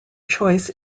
choice